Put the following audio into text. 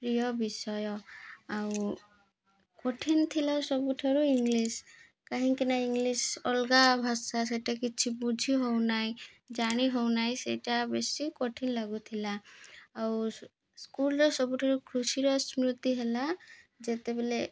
ପ୍ରିୟ ବିଷୟ ଆଉ କଠିନ ଥିଲା ସବୁଠାରୁ ଇଂଲିଶ କାହିଁକି ନା ଇଂଲିଶ ଅଲଗା ଭାଷା ସେଟା କିଛି ବୁଝି ହେଉନାହିଁ ଜାଣି ହେଉନାହିଁ ସେଇଟା ବେଶୀ କଠିନ ଲାଗୁଥିଲା ଆଉ ସ୍କୁଲର ସବୁଠାରୁ ଖୁଶିର ସ୍ମୃତି ହେଲା ଯେତେବେଳେ